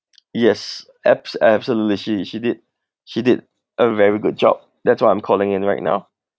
yes abs~ absolutely she she did she did a very good job that's why I'm calling in right now